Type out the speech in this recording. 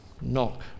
knock